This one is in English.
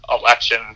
election